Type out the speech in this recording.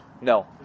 No